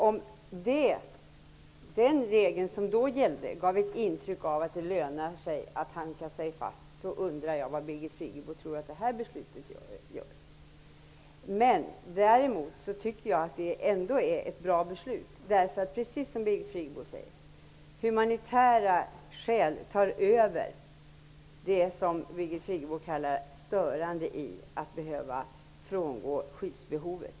Om den regel som tidigare gällde gav ett intryck av att det lönade sig att hanka sig fast, undrar vad Birgit Friggebo tror att det här beslutet kommer att ge för intryck. Däremot tycker jag att det ändå är ett bra beslut därför att humanitära skäl, precis som Birgit Friggebo säger, tar över det som Birgit Friggebo kallar ''störande'', dvs. att behöva att frångå skyddsbehovet.